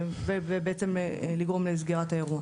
ובעצם לגרום לסגירת האירוע.